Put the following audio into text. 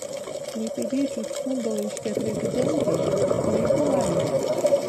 klaipėdiečių skundo laiške prezidentei klaidų aibė